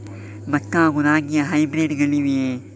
ಭತ್ತ ಹಾಗೂ ರಾಗಿಯ ಹೈಬ್ರಿಡ್ ಗಳಿವೆಯೇ?